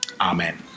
Amen